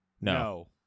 No